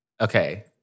okay